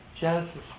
Genesis